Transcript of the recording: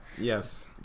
Yes